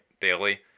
daily